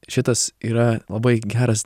šitas yra labai geras